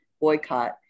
boycott